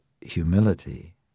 humility